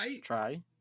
Try